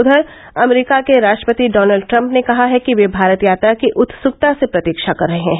उधर अमरीका के राष्ट्रपति डॉनल्ड ट्रम्प ने कहा है कि वे भारत यात्रा की उत्स्कता से प्रतीक्षा कर रहे हैं